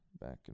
back